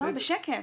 לא, בשקף.